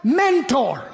mentor